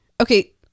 okay